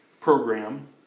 program